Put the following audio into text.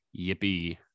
yippee